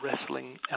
wrestling